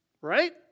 Right